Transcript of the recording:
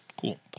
Cool